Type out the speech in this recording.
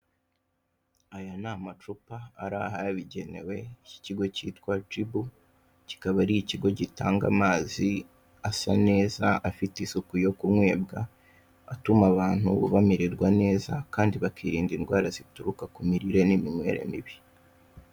Aya ni amacupa ari aha, yabigenewe, y'ikigo cyitwa jibu. Kikaba ari ikigo gutanga amazi isa neza, afite isuku, yo kunywebwa, atuma abantu bamererwa neza, kandi bakirinda indwara zituruka ku mirire n'iminywere mibi.